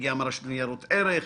הגיעה מהרשות לניירות ערך.